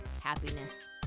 happiness